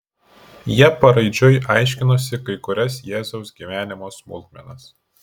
jie paraidžiui aiškinosi kai kurias jėzaus gyvenimo smulkmenas